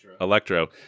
electro